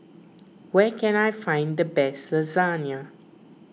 where can I find the best Lasagna